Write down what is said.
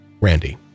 Randy